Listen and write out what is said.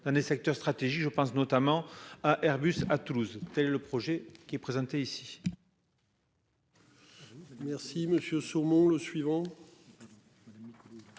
dans des secteurs stratégiques, je pense notamment à Airbus à Toulouse, c'est le projet qui est présenté ici. Allô. Merci monsieur sûrement le suivant.